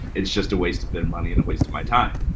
it's just a waste of their money and a waste of my time.